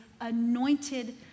anointed